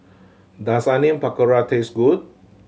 does Onion Pakora taste good